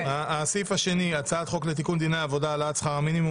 הסעיף השני: בהצעת חוק לתיקון דיני העבודה (העלאת שכר המינימום,